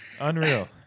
unreal